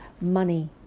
money